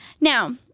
Now